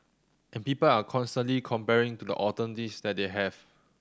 and people are constantly comparing to the alternatives that they have